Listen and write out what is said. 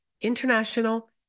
international